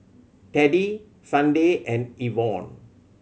Teddie Sunday and Evon